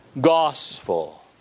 gospel